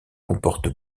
comporte